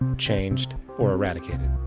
changed or irradicated.